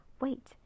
Wait